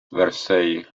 vercelli